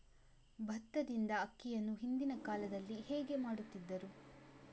ಭತ್ತದಿಂದ ಅಕ್ಕಿಯನ್ನು ಹಿಂದಿನ ಕಾಲದಲ್ಲಿ ಹೇಗೆ ಮಾಡುತಿದ್ದರು?